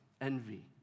envy